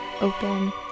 open